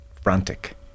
frantic